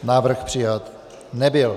Návrh přijat nebyl.